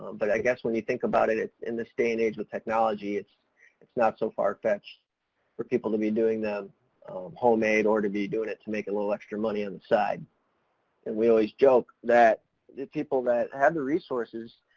but i guess when you think about it, in this day and age with technology it's it's not so far-fetched for people to be doing them homemade or to be doing it to make a little extra money and on and we always joke that the people that have the resources,